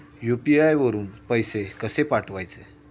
UPI वरून पैसे कसे पाठवायचे?